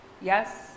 yes